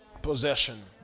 possession